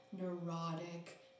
neurotic